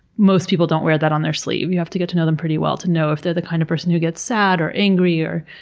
most people don't wear that on their sleeve. you have to get to know them pretty well to know if they're the kind of person who gets sad, or angry, or